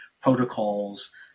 protocols